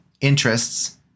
interests